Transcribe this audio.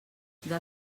del